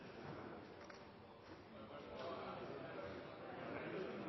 var